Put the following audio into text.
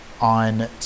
on